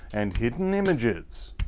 and hidden images.